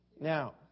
Now